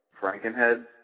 Frankenhead